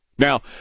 Now